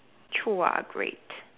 chew are great